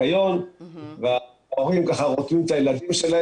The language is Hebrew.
ההורים רותמים את הילדים,